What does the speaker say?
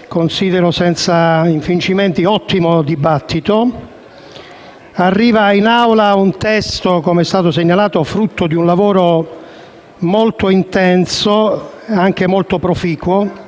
che considero, senza infingimenti, un ottimo dibattito. Arriva in Aula un testo che - come è stato segnalato - è frutto di un lavoro molto intenso e anche molto proficuo